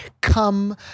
come